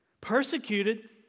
Persecuted